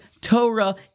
Torah